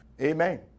Amen